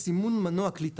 סיימנו עם סימון כלי הטייס,